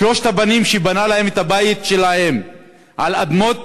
שלושת הבנים, הוא בנה להם את הבית שלהם על אדמות